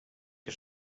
que